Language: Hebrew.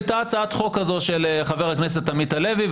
הייתה הצעת חוק כזו של חבר הכנסת עמית הלוי,